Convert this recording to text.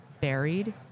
buried